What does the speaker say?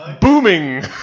booming